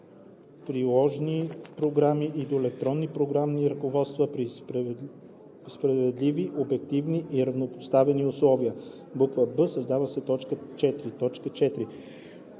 приложни програми и до електронни програмни ръководства, при справедливи, обективни и равнопоставени условия;“ б) създава се т. 4: